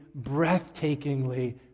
breathtakingly